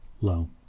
low